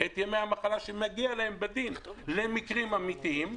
את ימי המחלה שמגיעים להם בדין למקרים אמיתיים,